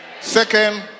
Second